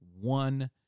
one